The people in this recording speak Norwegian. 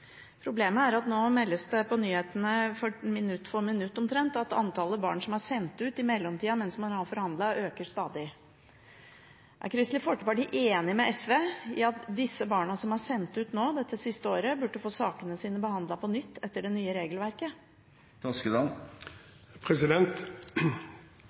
Problemet er at nå meldes det på nyhetene – omtrent minutt for minutt – at antallet barn som er sendt ut i mellomtiden, mens man har forhandlet, øker stadig. Er Kristelig Folkeparti enig med SV i at disse barna som er sendt ut dette siste året, burde få sakene sine behandlet på nytt etter det nye